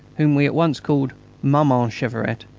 whom we at once called maman cheveret,